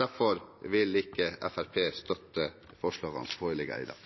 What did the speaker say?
Derfor vil ikke Fremskrittspartiet støtte forslagene som foreligger her i dag.